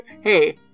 hey